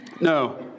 No